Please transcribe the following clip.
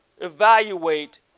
evaluate